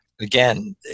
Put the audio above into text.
again